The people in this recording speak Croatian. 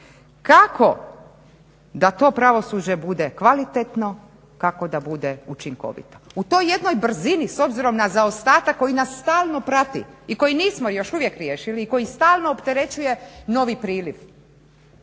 kako da to pravosuđe bude kvalitetno, kako da bude učinkovito u toj jednoj brzini s obzirom na zaostatak koji nas stalno prati i koji nismo još uvijek riješili i koji stalno opterećuje novi priliv.